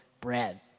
bread